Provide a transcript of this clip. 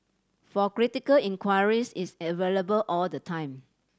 for critical inquiries it's available all the time